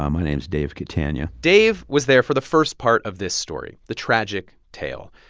um my name's dave catania dave was there for the first part of this story the tragic tale.